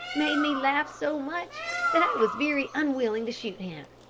made me laugh so much that i was very unwilling to shoot him.